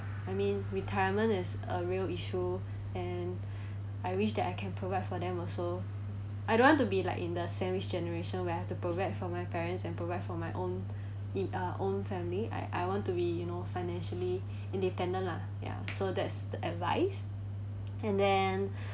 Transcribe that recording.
I mean retirement is a real issue and I wish that I can provide for them also I don't want to be like in the sandwich generation where I've provide for my parents and provide for my own in uh own family I I want to be you know financially independent lah ya so that's the advice and then